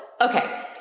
Okay